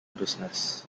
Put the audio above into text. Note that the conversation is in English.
business